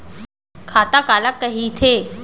खाता काला कहिथे?